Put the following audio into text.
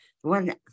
one